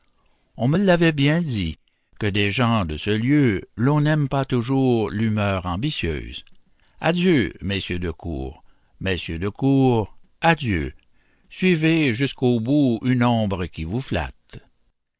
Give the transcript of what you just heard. on me l'avait bien dit que des gens de ce lieu l'on n'aime pas toujours l'humeur ambitieuse adieu messieurs de cour messieurs de cour adieu suivez jusques au bout une ombre qui vous flatte